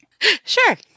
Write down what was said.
Sure